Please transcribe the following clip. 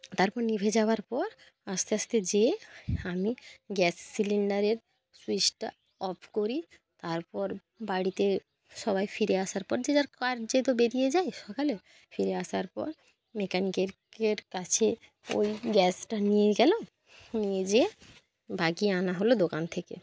তারপর নিভে যাওয়ার পর আস্তে আস্তে যেয়ে আমি গ্যাস সিলেন্ডারের সুইচটা অফ করি তারপর বাড়িতে সবাই ফিরে আসার পর যে যার কার যেহেতু বেরিয়ে যায় সকালে ফিরে আসার পর মেকানিকের কের কাছে ওই গ্যাসটা নিয়ে গেলো নিয়ে যেয়ে বাগিয়ে আনা হলো দোকান থেকে